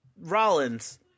Rollins